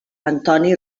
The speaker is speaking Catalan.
antoni